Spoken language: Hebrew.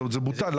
זה בוטל.